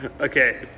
okay